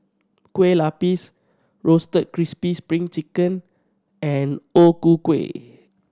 Kueh Lupis Roasted Crispy Spring Chicken and O Ku Kueh